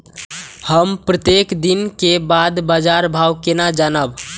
हम प्रत्येक दिन के बाद बाजार भाव केना जानब?